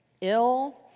ill